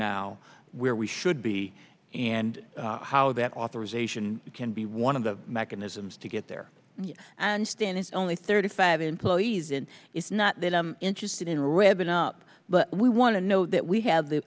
now where we should be and how that authorization can be one of the mechanisms to get there and stand it's only thirty five employees and it's not that i'm interested in ribbon up but we want to know that we have the